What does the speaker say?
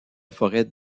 forêt